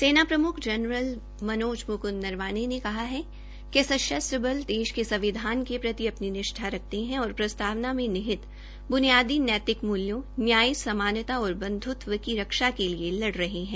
सेना प्रमुख जनरल मनोज मुकृंद नरवाणे ने कहा है कि सशस्त्र बल देष के संविधान के प्रति अपनी निष्ठा रखते हैँ और प्रस्तावना में निर्हित बुनियादी नैतिक मूल्यों न्याय समानता और बंधुत्व की रक्षा के लिए लड़ रहे हैं